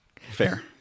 Fair